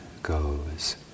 goes